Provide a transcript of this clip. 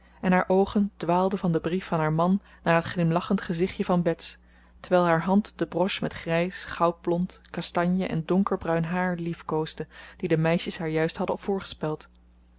en haar oogen dwaalden van den brief van haar man naar het glimlachend gezichtje van bets terwijl haar hand de broche met grijs goudblond kastanje en donkerbruin haar liefkoosde die de meisjes haar juist hadden voorgespeld